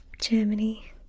Germany